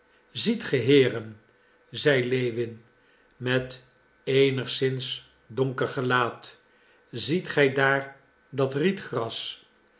ziet ge heeren zei lewin met eenigszins donker gelaat ziet gij daar dat rietgras